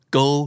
go